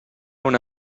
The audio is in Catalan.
una